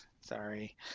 sorry